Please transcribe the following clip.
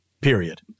period